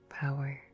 power